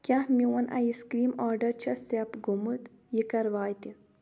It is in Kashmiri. کیٛاہ میون آیِس کرٛیٖم آرڈر چھےٚ سیپ گوٚومُت؟ یہِ کَر واتہِ